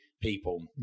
people